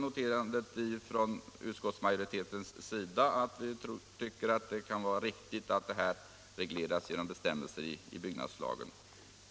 Vi noterar också från utskottsmajoritetens sida att det kan vara riktigt att de här förhållandena regleras genom bestämmelser i byggnadslagen.